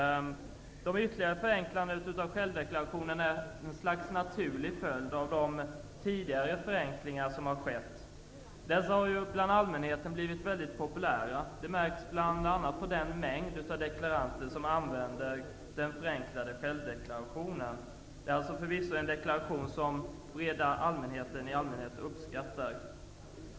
De ytterligare förenklingarna av självdeklarationen är en naturlig följd av de tidigare förenklingar som har skett. De har blivit mycket populära bland allmänheten. Det märks bl.a. av den mängd deklaranter som använder den förenklade självdeklarationen. Det är förvisso en deklaration som den breda allmänheten uppskattar.